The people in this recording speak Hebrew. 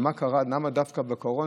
למה דווקא בקורונה,